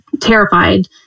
terrified